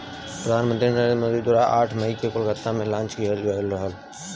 प्रधान मंत्री नरेंद्र मोदी द्वारा आठ मई के कोलकाता में लॉन्च किहल गयल रहल